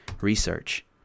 research